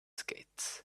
skates